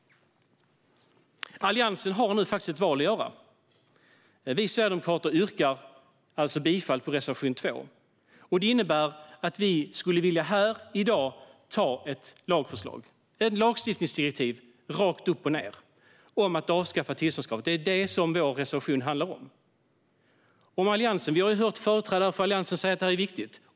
Alliansen har nu ett val att göra. Sverigedemokraterna yrkar bifall till reservation 2, vilket innebär att vi i dag vill anta ett lagförslag rakt upp och ned om att avskaffa tillståndskravet. Det är det vår reservation handlar om. Vi har hört företrädare för Alliansen säga att detta är viktigt.